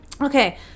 okay